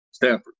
Stanford